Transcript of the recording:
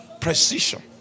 Precision